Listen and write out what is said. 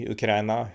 Ukraina